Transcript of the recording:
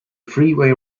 freeway